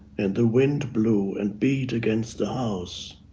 and the wind blew and beat against the house,